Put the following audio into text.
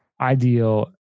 ideal